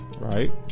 right